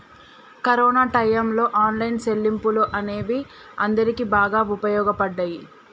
corona టైయ్యంలో online చెల్లింపులు అనేవి అందరికీ బాగా వుపయోగపడ్డయ్యి